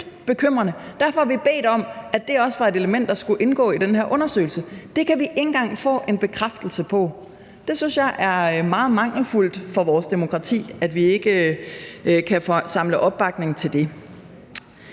Derfor har vi bedt om, at det også var et element, der skulle indgå i den her undersøgelse. Det kan vi ikke engang få en bekræftelse på. Jeg synes, det er meget mangelfuldt for vores demokrati, at vi ikke kan få samlet opbakning til det.